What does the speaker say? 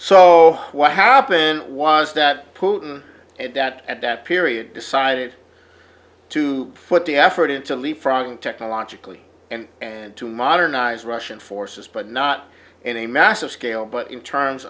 so what happened was that putin at that at that period decided to put the effort into leap frogging technologically and and to modernize russian forces but not in a massive scale but in terms